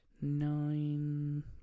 Nine